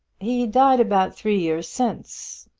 he died about three years since.